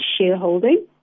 shareholding